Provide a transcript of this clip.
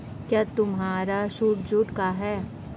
क्या तुम्हारा suit jute का है?